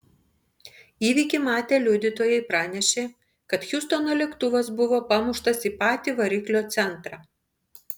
įvykį matę liudytojai pranešė kad hjustono lėktuvas buvo pamuštas į patį variklio centrą